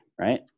right